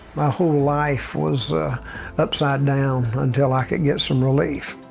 my whole life was upside down until i could get some relief.